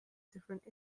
different